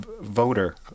voter